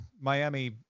Miami